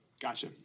Gotcha